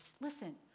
Listen